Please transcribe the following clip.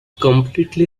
completely